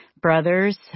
brothers